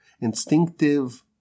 instinctive